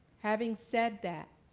having said that,